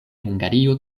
hungario